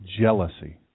jealousy